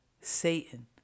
Satan